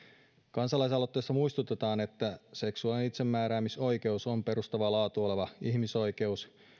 kansalaisaloitteessa muistutetaan että seksuaalinen itsemääräämisoikeus on perustavaa laatua oleva ihmisoikeus